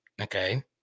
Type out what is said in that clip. okay